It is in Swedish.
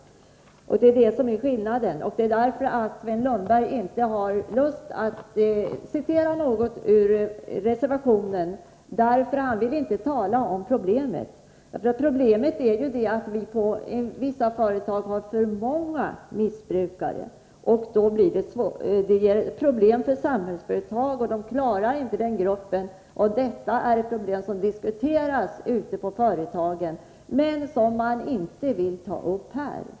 Detta är skillnaden. Sven Lundberg har inte lust att citera något ur reservationen, därför att han inte vill tala om problemet. Problemet är att det i vissa företag finns för många missbrukare. Detta ger Samhällsföretag problem, och man klarar inte den gruppen. Detta är ett problem som diskuteras ute i företagen, men som man inte vill ta upp här.